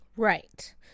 Right